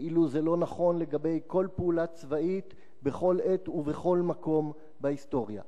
כאילו זה לא נכון לגבי כל פעולה צבאית בכל עת ובכל מקום בהיסטוריה.